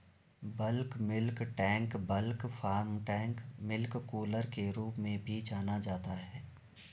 bulk milk tank bulk farm tank milk cooler के रूप में भी जाना जाता है,